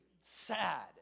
sad